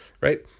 right